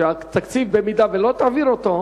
שאם היא לא תעביר את התקציב הוא